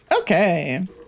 Okay